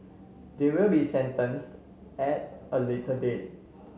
they will be sentenced at a later date